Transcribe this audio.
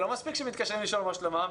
זה לא מספיק שמתקשרים לשאול מה שלומם,